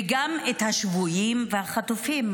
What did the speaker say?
וגם את השבויים ואת החטופים,